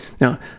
Now